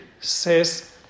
says